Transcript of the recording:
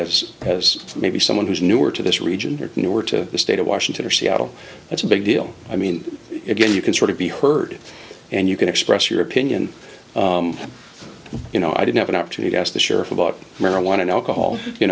as maybe someone who's newer to this region or nor to the state of washington or seattle that's a big deal i mean again you can sort of be heard and you can express your opinion and you know i did have an opportunity i asked the sheriff about marijuana and alcohol you